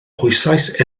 pwyslais